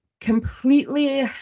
completely